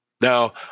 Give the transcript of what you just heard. Now